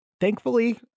Thankfully